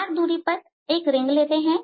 r दूरी पर एक रिंग लेते हैं